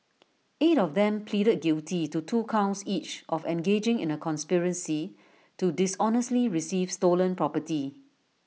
eight of them pleaded guilty to two counts each of engaging in A conspiracy to dishonestly receive stolen property